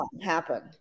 happen